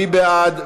מי בעד?